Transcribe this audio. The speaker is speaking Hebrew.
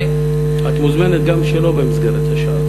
את מוזמנת גם שלא במסגרת השעה הזאת.